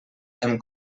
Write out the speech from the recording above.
hem